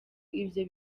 ibyo